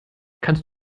kannst